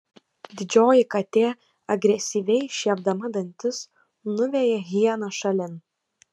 didžioji katė agresyviai šiepdama dantis nuveja hieną šalin